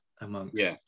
amongst